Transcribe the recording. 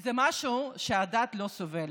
זה משהו שהדעת לא סובלת.